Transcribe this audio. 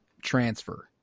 Transfer